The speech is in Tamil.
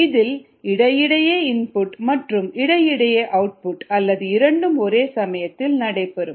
இதில் இடையிடையே இன்புட் மற்றும் இடை இடையே அவுட்புட் அல்லது இரண்டும் ஒரே சமயத்தில் நடைபெறும்